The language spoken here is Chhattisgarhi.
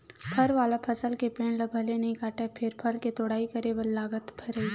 फर वाला फसल के पेड़ ल भले नइ काटय फेर फल के तोड़ाई करे बर लागथे भईर